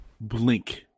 blink